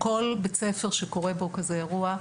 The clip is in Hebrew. בית ספר שקורה בו כזה אירוע,